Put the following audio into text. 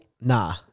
Nah